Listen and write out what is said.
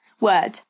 word